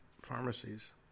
pharmacies